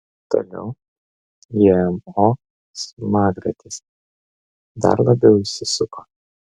toliau gmo smagratis dar labiau įsisuko